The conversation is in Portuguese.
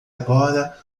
agora